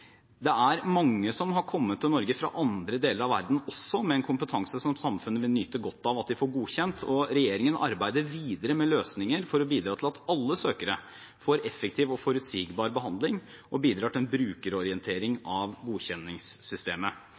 Det er mange som har kommet til Norge fra andre deler av verden også med en kompetanse som samfunnet vil nyte godt av at de får godkjent, og regjeringen arbeider videre med løsninger for å bidra til at alle søkere får effektiv og forutsigbar behandling, og for å bidra til en brukerorientering av godkjenningssystemet.